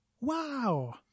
Wow